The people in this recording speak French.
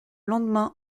lendemain